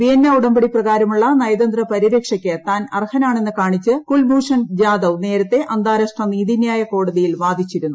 Vienna ഉടമ്പടി പ്രകാരമുള്ള നയതന്ത്ര പരിരക്ഷയ്ക്ക് താൻ അർഹനാണെന്ന് കാണിച്ച് കുൽഭൂഷൺ ജാദവ് നേരത്തെ അന്താരാഷ്ട്ര നീതിന്യായ കോടതിയിൽ വാദിച്ചിരുന്നു